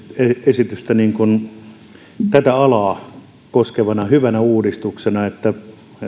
esitystä tätä alaa koskevana hyvänä uudistuksena että